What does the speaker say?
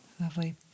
Lovely